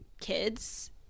kids